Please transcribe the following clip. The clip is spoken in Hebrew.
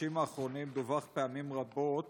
בחודשים האחרונים דווח פעמים רבות